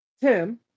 Tim